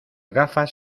gafas